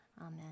Amen